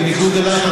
בניגוד אלייך,